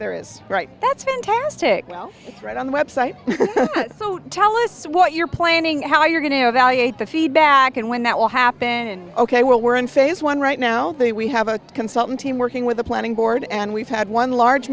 there is right that's fantastic well right on the website so tell us what you're planning how you're going to evaluate the feedback and when that will happen and ok well we're in phase one right now we have a consulting team working with the planning board and we've had one large